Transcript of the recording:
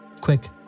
quick